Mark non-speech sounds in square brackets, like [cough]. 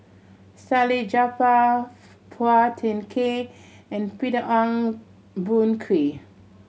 Salleh Japar [unintelligible] Phua Thin Kiay and Peter Ong Boon Kwee